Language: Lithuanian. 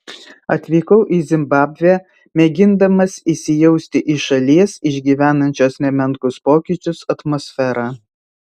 atvykau į zimbabvę mėgindamas įsijausti į šalies išgyvenančios nemenkus pokyčius atmosferą